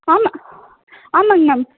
ஆமாம் ஆமாம்ங்க மேம்